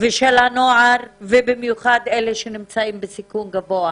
ושל הנוער, במיוחד אלה שנמצאים בסיכון גבוה.